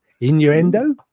innuendo